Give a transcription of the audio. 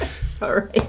Sorry